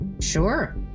Sure